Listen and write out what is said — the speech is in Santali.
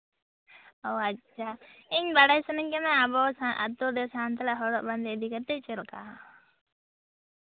ᱚ ᱟᱪᱪᱷᱟ ᱤᱧ ᱵᱟᱲᱟᱭ ᱥᱟᱱᱟᱧ ᱠᱟᱱᱟ ᱟᱵᱚ ᱟᱹᱛᱩᱨᱮ ᱥᱟᱱᱛᱟᱲ ᱥᱟᱶᱛᱟ ᱦᱚᱨᱚᱜ ᱵᱟᱸᱫᱮ ᱤᱫᱤ ᱠᱟᱛᱮᱫ ᱪᱮᱫ ᱞᱮᱠᱟ